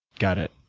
got it.